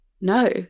no